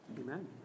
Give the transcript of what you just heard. Amen